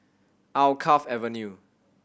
Alkaff Avenue